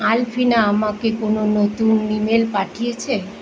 আলফিনা আমাকে কোনো নতুন ইমেল পাঠিয়েছে